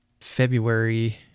February